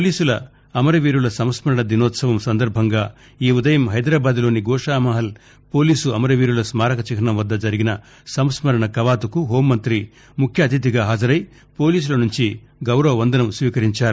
పోలీసుల అమరవీరుల సంస్మరణ దినోత్పవం సందర్భంగా ఈ ఉదయం హైదరాబాద్లోని గోషామల్ పోలీసు అమరవీరుల స్మారక చిహ్నం వద్ద జరిగిన సంస్కరణ కవాతుకు హెూంమంతి ముఖ్య అతిథిగా హాజరై పోలీసుల నుంచి గౌరవ వందనం స్వీకరించారు